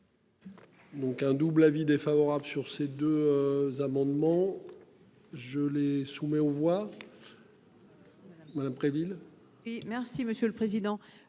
Donc un double avis défavorable sur ces deux amendements. Je les soumets au revoir. Madame Préville.